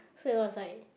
so it was like